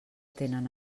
tenen